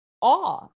awe